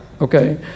Okay